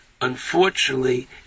unfortunately